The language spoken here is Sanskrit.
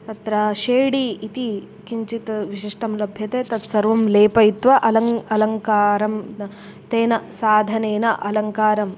तत्र षेडि इति किञ्चित् विशिष्टं लभ्यते तत्सर्वं लेपयित्वा अलङ् अलङ्कारं तेन साधनेन अलङ्कारम्